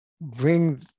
bring